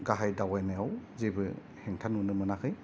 गाहाय दावबायनायाव जेबो हेंथा नुनो मोनाखै